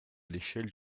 l’échelle